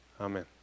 Amen